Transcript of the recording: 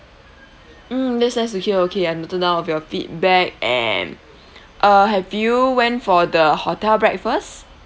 mm that's nice to hear okay I've noted down of your feedback and uh have you went for the hotel breakfast